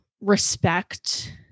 respect